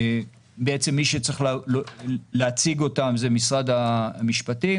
מי שצריך להציג אותם זה משרד המשפטים,